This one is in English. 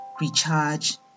recharge